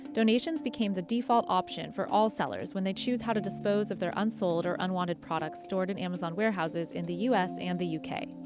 donations became the default option for all sellers when they choose how to dispose of their unsold or unwanted products stored in amazon warehouses in the u s. and the u k.